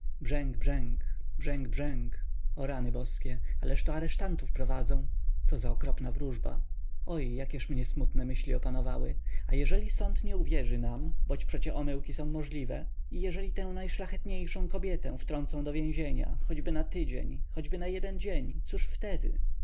brzęk-brzęk o rany boskie ależto aresztantów prowadzą co za okropna wróżba oj jakież mnie smutne myśli opanowały a jeżeli sąd nie uwierzy nam boć przecie omyłki są możliwe i jeżeli tę najszlachetniejszą kobietę wtrącą do więzienia choćby na tydzień choćby na jeden dzień cóż wtedy